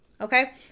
Okay